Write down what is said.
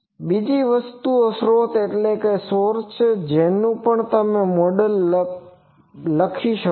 બીજી વસ્તુ સ્રોત છે તેનુ પણ તમે મોડેલ કરી શકો છો